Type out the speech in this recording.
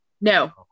No